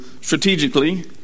strategically